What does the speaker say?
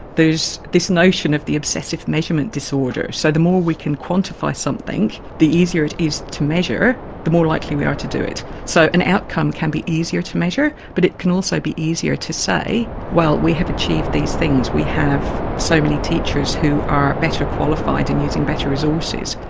there's this notion of the obsessive measurement disorder. so the more we can quantify something the easier it is to measure, the more likely we are to do it. so an outcome can be easier to measure, but it can also be easier to say, well, we have achieved these things, we have so many teachers teachers who are better qualified and using better resources.